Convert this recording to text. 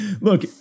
Look